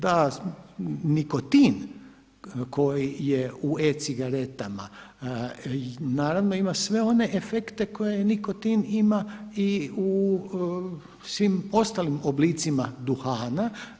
Da nikotin koji je u e-cigaretama naravno ima sve one efekte koje nikotin ima i u svim ostalim oblicima duhana.